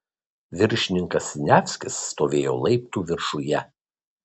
viršininkas siniavskis stovėjo laiptų viršuje